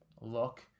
look